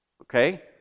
okay